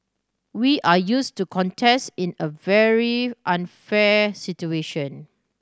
we are used to contest in a very unfair situation